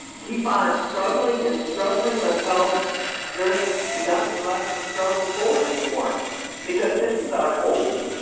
keep on struggling and struggling until there is nothing left to struggle for anymore because this is our home.